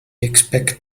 expect